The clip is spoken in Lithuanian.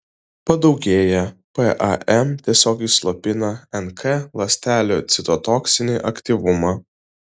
padaugėję pam tiesiogiai slopina nk ląstelių citotoksinį aktyvumą